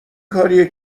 کاریه